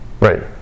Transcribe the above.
Right